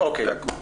זה הכל.